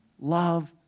love